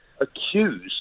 accused